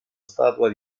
statua